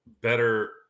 better